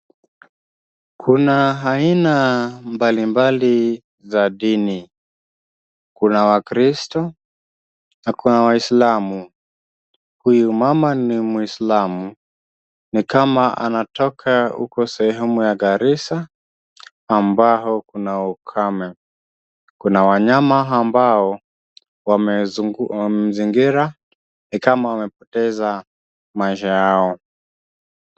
Kuna aina mbalimbali za dini. Kuna wakristo na kuna waislamu. Huyu mama ni muislamu. Ni kama anatoka huko sehemu ya Garisa ambako kuna ukame. Kuna wanyama ambao wamemzingira ni kama wamepoteza maisha yao.